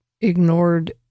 ignored